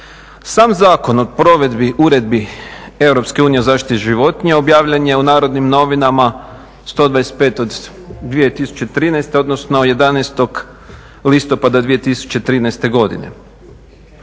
Sam Zakon o provedbi uredbi EU o zaštiti životinja objavljen je u Narodnim novinama 125 od 2013. odnosno 11. listopada 2013. godine,